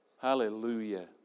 Hallelujah